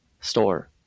store